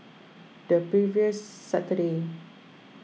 the previous Saturday